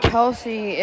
Kelsey